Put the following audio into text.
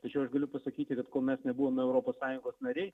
tačiau aš galiu pasakyti kad kol mes nebuvome europos sąjungos nariai